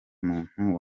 muntu